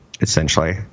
essentially